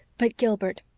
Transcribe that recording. but, gilbert,